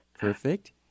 Perfect